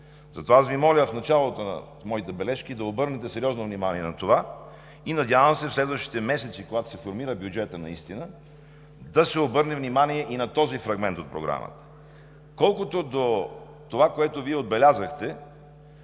Затова Ви моля в началото на моите бележки да обърнете сериозно внимание на това и надявам се в следващите месеци, когато се формира бюджетът, наистина да се обърне внимание и на този фрагмент от Програмата. Колкото до това, което Вие отбелязахте,